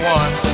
one